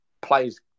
players